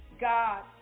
God